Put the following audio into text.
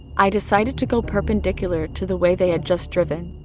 i decided to go perpendicular to the way they had just driven.